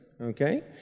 okay